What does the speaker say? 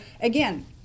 again